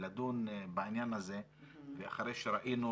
לדון בעניין הזה אחרי שראינו